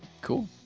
Cool